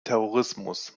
terrorismus